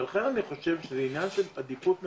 ולכן אני חושב שזה עניין של עדיפות ממשלתית.